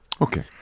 Okay